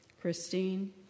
Christine